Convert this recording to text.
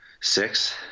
six